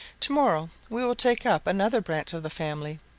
to-morrow we will take up another branch of the family,